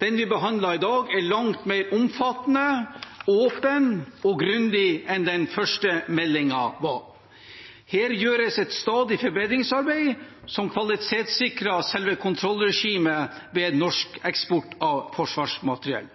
Den vi behandler i dag, er langt mer omfattende, åpen og grundig enn den første meldingen var. Her gjøres et stadig forbedringsarbeid som kvalitetssikrer selve kontrollregimet ved norsk eksport av forsvarsmateriell.